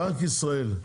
בנק ישראל,